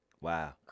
Wow